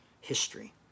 history